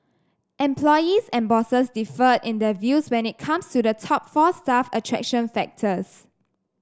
employees and bosses differed in their views when it comes to the top four staff attraction factors